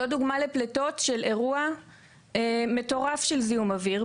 זו דוגמה של פליטות של אירוע מטורף של זיהום אוויר,